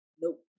nope